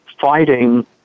fighting